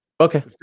Okay